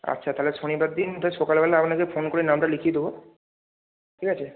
আচ্ছা তাহলে শনিবার দিন তা সকালবেলা আপনাকে ফোন করে নামটা লিখিয়ে দেবো ঠিক আছে